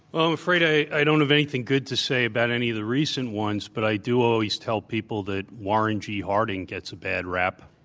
well, i'm afraid i i don't have anything good to say about any of the recent ones, but i do always tell people that warren g. harding gets a bad rap.